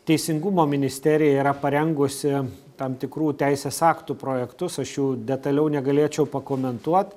teisingumo ministerija yra parengusi tam tikrų teisės aktų projektus aš jų detaliau negalėčiau pakomentuot